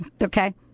Okay